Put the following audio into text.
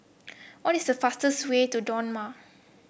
what is the fastest way to Dodoma